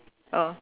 oh